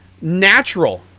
natural